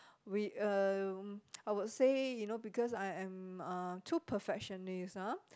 we um I would say you know because I am uh too perfectionist ah